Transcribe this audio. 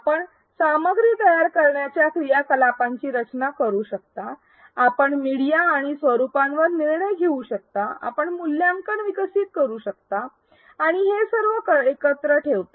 आपण सामग्री तयार करण्याच्या क्रियाकलापांची रचना करू शकता आपण मीडिया आणि स्वरूपांवर निर्णय घेऊ शकता आपण मूल्यांकन विकसित करू शकता आणि आपण हे सर्व एकत्र ठेवता